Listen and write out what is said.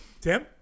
Tim